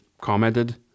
commented